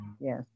Yes